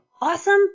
awesome